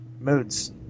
Moods